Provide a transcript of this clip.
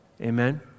Amen